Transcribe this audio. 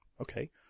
okay